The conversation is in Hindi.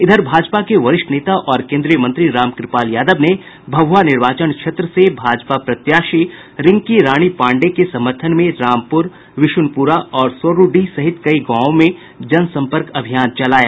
इधर भाजपा के वरिष्ठ नेता और केन्द्रीय मंत्री रामकृपाल यादव ने भभुआ निर्वाचन क्षेत्र से भाजपा प्रत्याशी रिंकी रानी पांडेय के समर्थन में रामपुर विशुनपुरा और सौरूडीह सहित कई गांवों में जनसंपर्क अभियान चलाया